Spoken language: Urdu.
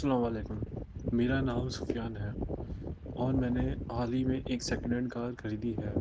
السلام علیکم میرا نام سفیان ہے اور میں نے حال ہی میں ایک سیکنڈ ہینڈ کار خریدی ہے